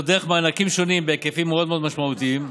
דרך מענקים שונים בהיקפים משמעותיים מאוד,